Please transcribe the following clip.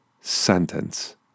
sentence